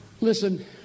Listen